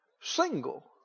Single